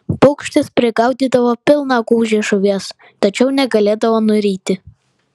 paukštis prigaudydavo pilną gūžį žuvies tačiau negalėdavo nuryti